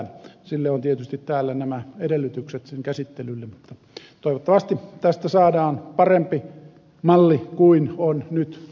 sen käsittelylle on tietysti täällä nämä edellytykset mutta toivottavasti tästä saadaan parempi malli kuin on nyt tämä seulontamenet tely